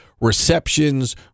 receptions